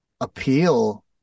appeal